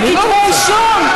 מאחורי יועצים משפטיים וכתבי אישום.